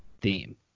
theme